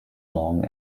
long